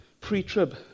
Pre-trib